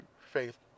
faith